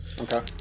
Okay